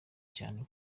cyane